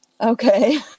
Okay